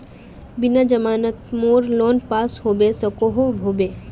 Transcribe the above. बिना जमानत मोर लोन पास होबे सकोहो होबे?